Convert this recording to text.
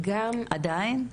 עדיין?